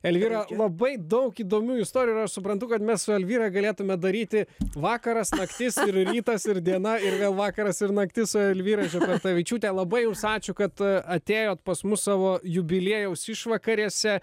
elvyra labai daug įdomių istorijų ir aš suprantu kad mes su elvyra galėtume daryti vakaras naktis ir rytas ir diena ir vėl vakaras ir naktis su elvyra žebertavičiūte labai jums ačiū kad atėjot pas mus savo jubiliejaus išvakarėse